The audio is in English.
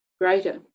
greater